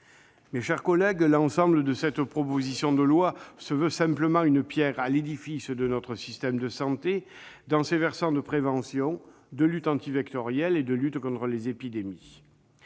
Mes chers collègues, l'ensemble de cette proposition de loi doit simplement être envisagé comme une pierre à l'édifice de notre système de santé, dans ses versants de prévention, de lutte antivectorielle et de lutte contre les épidémies.